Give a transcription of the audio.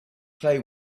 play